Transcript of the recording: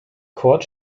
kurt